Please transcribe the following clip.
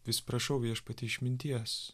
vis prašau viešpatį išminties